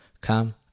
Come